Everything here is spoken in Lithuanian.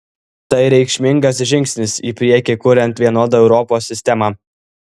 tai reikšmingas žingsnis į priekį kuriant vienodą europos sistemą